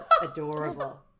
adorable